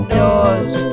doors